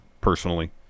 personally